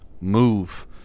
move